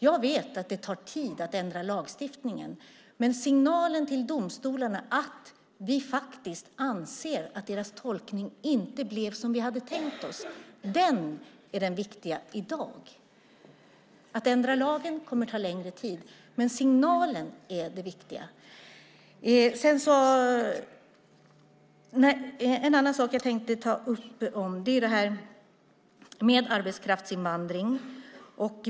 Jag vet att det tar tid att ändra lagstiftningen, men signalen till domstolarna att vi faktiskt anser att deras tolkning inte blev som vi hade tänkt är det viktiga i dag. Att ändra lagen kommer att ta längre tid. Signalen är det viktiga. Jag vill också ta upp frågan om arbetskraftsinvandring.